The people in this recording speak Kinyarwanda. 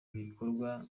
bikorwa